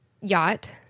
yacht